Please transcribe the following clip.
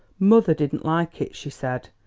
mother didn't like it, she said,